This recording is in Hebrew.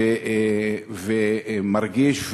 ומרגיש,